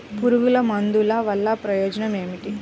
పురుగుల మందుల వల్ల ప్రయోజనం ఏమిటీ?